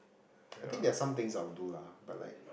I think there are some things I would do lah but like